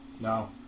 No